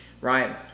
right